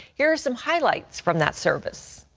here's some highlights from that service.